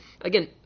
again